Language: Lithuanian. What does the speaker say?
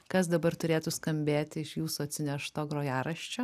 kas dabar turėtų skambėti iš jūsų atsinešto grojaraščio